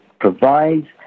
provides